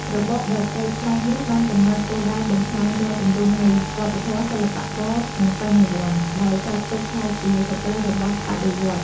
របបដ៏ព្រៃផ្សៃនេះបានកំណត់គោលដៅបំផ្លាញរាល់ទម្រង់នៃវប្បធម៌ សិល្បៈករ និងបញ្ញវន្ត ដោយចាត់ទុកថាជាសត្រូវរបស់បដិវត្តន៍។